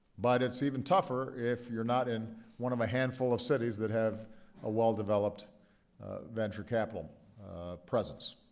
but it's even tougher if you're not in one of a handful of cities that have a well-developed venture capital presence.